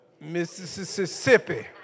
Mississippi